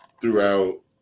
throughout